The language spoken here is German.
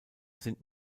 sind